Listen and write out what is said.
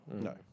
No